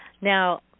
Now